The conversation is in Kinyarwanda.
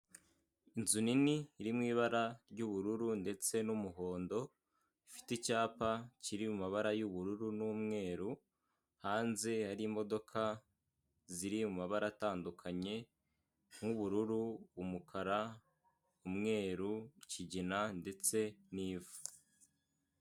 Inzu nini iri mu ibara ry'ubururu ndetse n'umuhondo, ifite icyapa kiri mu mabara y'ubururu n'umweru, hanze hari imodoka ziri mu mabara atandukanye, nk'ubururu, umukara, umweru, ikigina ndetse n'ivu.